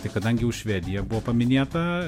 tai kadangi jau švedija buvo paminėta